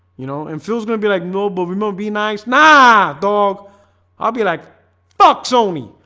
you know and phil's gonna be like no, but we won't be nice. nah, dawg i'll be like fuck sony.